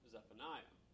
Zephaniah